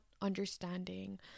understanding